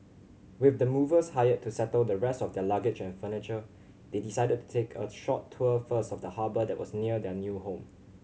with the movers hired to settle the rest of their luggage and furniture they decided to take a short tour first of the harbour that was near their new home